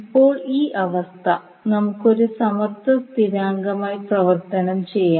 ഇപ്പോൾ ഈ അവസ്ഥ നമുക്ക് ഒരു സമത്വ സ്ഥിരാങ്കമായി പരിവർത്തനം ചെയ്യാം